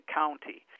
county